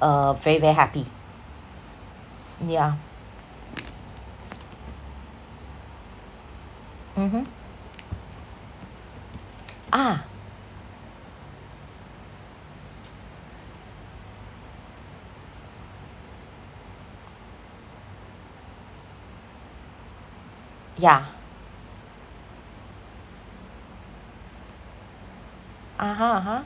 uh very very happy yeah mmhmm ah yeah (uh huh) (uh